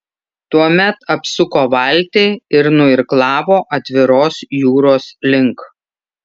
tuomet apsuko valtį ir nuirklavo atviros jūros link